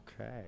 Okay